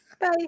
Bye